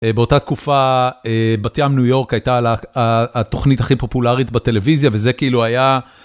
באותה תקופה בת-ים ניו-יורק הייתה התוכנית הכי פופולרית בטלוויזיה וזה כאילו היה